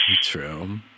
True